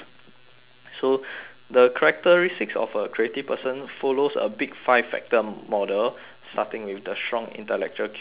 so the characteristics of a creative person follows a big five factor model starting with the strong intellectual curiosity